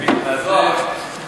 תעבור לגמרא הבאה, לזוהר.